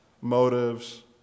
motives